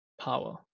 power